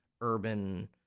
urban